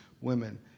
women